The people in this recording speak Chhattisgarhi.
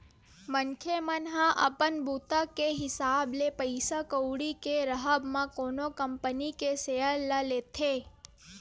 मनखे मन ह अपन बूता के हिसाब ले पइसा कउड़ी के राहब म कोनो कंपनी के सेयर ल लेथे